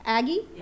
Aggie